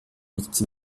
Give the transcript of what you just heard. besitzen